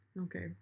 Okay